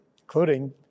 including